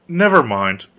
never mind,